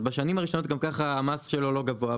בשנים הראשונות המס שלו לא גבוה,